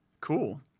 Cool